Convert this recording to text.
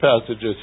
passages